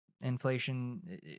inflation